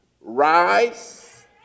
Rise